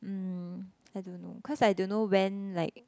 mm I don't know cause I don't know when like